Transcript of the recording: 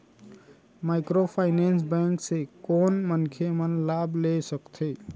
Microfinance bank से कोन मनखे मन लाभ ले सकथे?